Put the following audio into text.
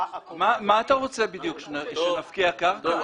מה אתה רוצה בדיוק, שנפקיע קרקע?